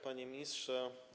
Panie Ministrze!